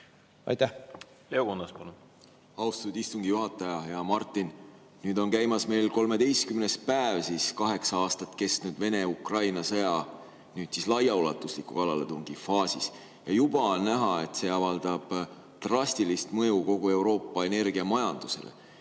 palun! Leo Kunnas, palun! Austatud istungi juhataja! Hea Martin! Nüüd on käimas 13. päev kaheksa aastat kestnud Vene-Ukraina sõja [uues,] laiaulatusliku kallaletungi faasis. Juba on näha, et see avaldab drastilist mõju kogu Euroopa energiamajandusele.